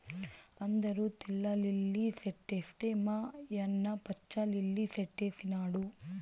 అందరూ తెల్ల లిల్లీ సెట్లేస్తే మా యన్న పచ్చ లిల్లి సెట్లేసినాడు